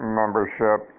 membership